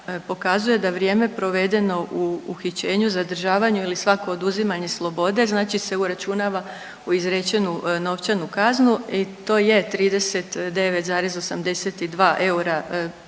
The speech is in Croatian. pokazuje da vrijeme provedeno u uhićenju, zadržavanju ili svako oduzimanje slobode znači se uračunava u izrečenu novčanu kaznu i to je 39,82 eura po danu.